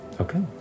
Okay